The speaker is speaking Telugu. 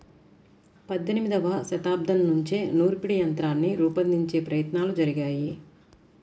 పద్దెనిమదవ శతాబ్దం నుంచే నూర్పిడి యంత్రాన్ని రూపొందించే ప్రయత్నాలు జరిగాయి